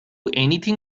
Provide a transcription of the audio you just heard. anything